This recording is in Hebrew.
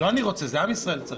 לא אני רוצה, זה עם ישראל צריך.